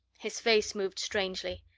his face moved strangely.